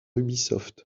ubisoft